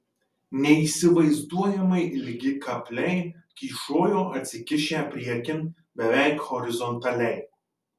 neįsivaizduojamai ilgi kapliai kyšojo atsikišę priekin beveik horizontaliai